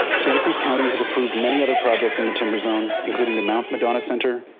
santa cruz county has approved many other projects in the timber zone, including the mount madonna center,